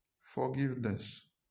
forgiveness